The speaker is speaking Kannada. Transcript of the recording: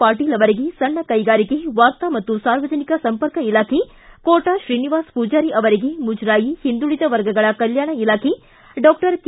ಪಾಟೀಲ್ ಅವರಿಗೆ ಸಣ್ಣ ಕೈಗಾರಿಕೆ ವಾರ್ತಾ ಮತ್ತು ಸಾರ್ವಜನಿಕ ಸಂಪರ್ಕ ಇಲಾಖೆ ಕೋಟಾ ಶ್ರೀನಿವಾಸ ಪೂಜಾರಿ ಅವರಿಗೆ ಮುಜರಾಯಿ ಹಿಂದುಳದ ವರ್ಗಗಳ ಕಲ್ಕಾಣ ಇಲಾಖೆ ಡಾಕ್ಟರ್ ಕೆ